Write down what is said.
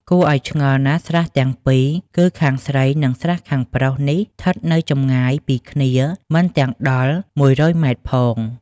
គួរឲ្យឆ្ងល់ណាស់ ស្រះទាំងពីរគឺខាងស្រី និង ស្រះខាងប្រុសនេះ ឋិតនៅចម្ងាយពីគ្នាមិនទាំងដល់ ១០០ ម. ផង